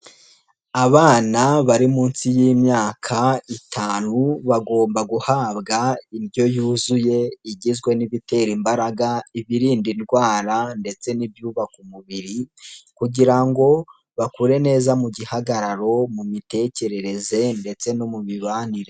Abana bari munsi y'imyaka itanu, bagomba guhabwa indyo yuzuye igizwe n'ibitera imbaraga, ibinda indwara ndetse n'ibyubaka umubiri kugira ngo bakure neza mu gihagararo, mu mitekerereze ndetse no mu mibanire.